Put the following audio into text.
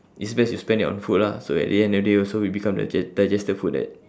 it's best you spend it on food lah so at the end of the day also it become dige~ digested food like that